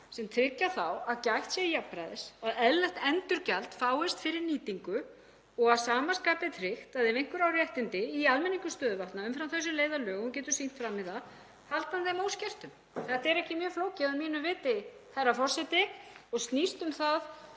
sem tryggja þá að gætt sé jafnræðis, að eðlilegt endurgjald fáist fyrir nýtingu og að sama skapi er tryggt að ef einhver á réttindi í almenningum stöðuvatna umfram þau sem leiða af lögum og getur sýnt fram á það, heldur hann þeim óskertum. Þetta er ekki mjög flókið að mínu viti, herra forseti, og snýst um það